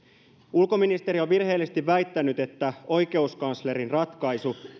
ulkoministeri on virheellisesti väittänyt että oikeuskanslerin ratkaisu